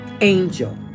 angel